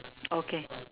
okay